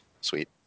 sweet